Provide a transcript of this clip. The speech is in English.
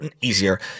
easier